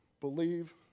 believe